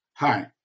Hi